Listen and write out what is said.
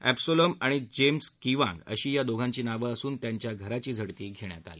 Absalom आणि James Kiwang अशी या दोघांची नावं असून त्यांच्या घराती झडती घेण्यात आली